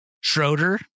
Schroeder